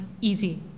easy